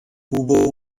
hubo